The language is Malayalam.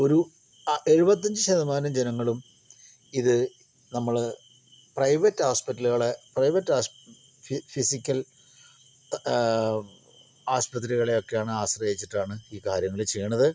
ഒരു എഴുപത്തഞ്ചു ശതമാനം ജനങ്ങളും ഇത് നമ്മള് പ്രൈവറ്റ് ഹോസ്പിറ്റലുകളെ പ്രൈവറ്റ് ഹോസ് ഫിസിക്കൽ ആസ്പത്രികളെയൊക്കെയാണ് ആശ്രയിച്ചിട്ടാണ് ഈ കാര്യങ്ങള് ചെയ്യണത്